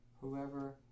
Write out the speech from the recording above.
whoever